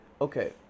okay